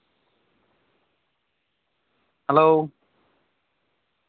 hello